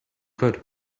could